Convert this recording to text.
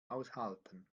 aushalten